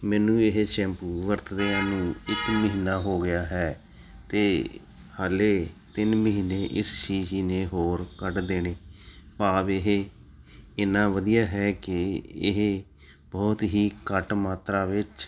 ਮੈਨੂੰ ਇਹ ਸ਼ੈਂਪੂ ਵਰਤਦਿਆਂ ਨੂੰ ਇੱਕ ਮਹੀਨਾ ਹੋ ਗਿਆ ਹੈ ਅਤੇ ਹਾਲੇ ਤਿੰਨ ਮਹੀਨੇ ਇਸ ਸ਼ੀਸ਼ੀ ਨੇ ਹੋਰ ਕੱਢ ਦੇਣੇ ਭਾਵ ਇਹ ਇੰਨਾ ਵਧੀਆ ਹੈ ਕਿ ਇਹ ਬਹੁਤ ਹੀ ਘੱਟ ਮਾਤਰਾ ਵਿੱਚ